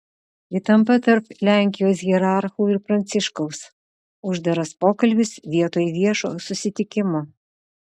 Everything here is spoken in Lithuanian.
įtampa tarp lenkijos hierarchų ir pranciškaus uždaras pokalbis vietoj viešo susitikimo